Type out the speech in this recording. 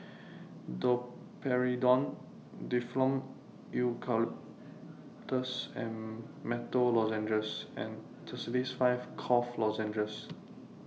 Domperidone Difflam Eucalyptus and Menthol Lozenges and Tussils five Cough Lozenges